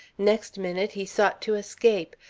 next minute he sought to escape,